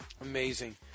Amazing